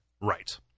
Right